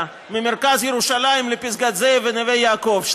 ממרכז ירושלים לפסגת זאב ולנווה יעקב,